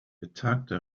betagte